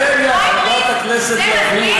רגע, רגע, רגע, חברת הכנסת לביא.